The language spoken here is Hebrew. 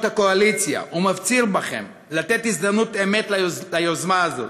הקואליציה ומפציר בכם לתת הזדמנות אמת ליוזמה הזאת.